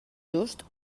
just